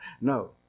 No